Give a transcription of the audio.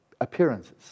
appearances